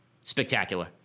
Spectacular